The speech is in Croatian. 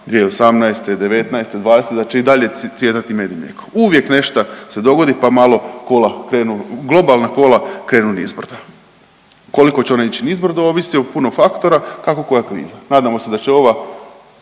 dvadesete da će i dalje cvjetati med i mlijeko. Uvijek nešto se dogodi pa malo kola krenu, globalna kola krenu nizbrdo. Koliko će ona ići nizbrdo ovisi o puno faktora kako koja kriza. Nadamo se da će ova